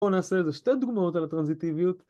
בואו נעשה איזה שתי דוגמאות על הטרנזיטיביות